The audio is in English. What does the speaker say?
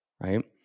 right